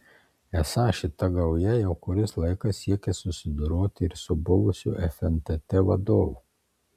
esą šita gauja jau kuris laikas siekia susidoroti ir su buvusiu fntt vadovu